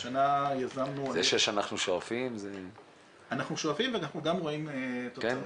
זה שאנחנו שואפים זה --- אנחנו שואפים ואנחנו גם רואים תוצאות.